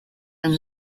and